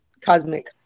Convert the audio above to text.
Cosmic